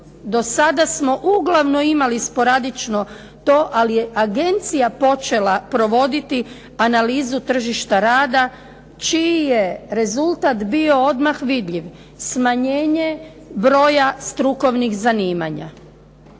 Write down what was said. do sada smo uglavnom imali sporadično to, ali je agencija počela provoditi analizu tržišta rada čiji je rezultat bio odmah vidljiv, smanjenje broja strukovnih zanimanja.